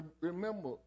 Remember